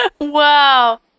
Wow